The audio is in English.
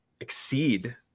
exceed